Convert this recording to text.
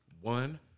one